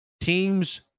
Teams